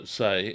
say